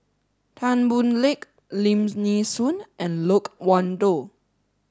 Tan Boon Teik Lim Nee Soon and Loke Wan Tho